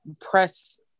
press